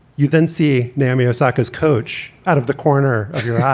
you then see naomi osaka as coach out of the corner of your eye.